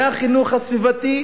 מהחינוך הסביבתי